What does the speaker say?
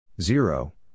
Zero